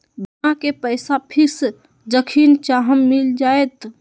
बीमा के पैसा फिक्स जखनि चाहम मिल जाएत?